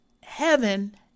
heaven